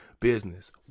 business